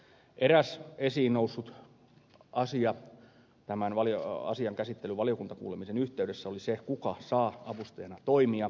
eräs esiin noussut asia tämän asian käsittelyn valiokuntakuulemisen yhteydessä oli se kuka saa avustajana toimia